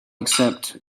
accept